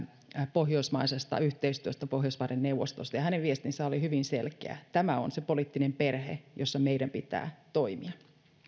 pohjoismaisesta yhteistyöstä pohjoismaiden neuvostosta hänen viestinsä oli hyvin selkeä tämä on se poliittinen perhe jossa meidän pitää toimia